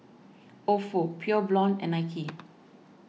Ofo Pure Blonde and Nike